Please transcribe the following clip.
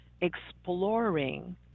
exploring